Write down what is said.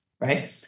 right